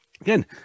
Again